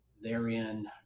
therein